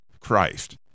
Christ